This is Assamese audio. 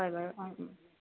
হয় বাৰু